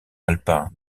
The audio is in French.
alpin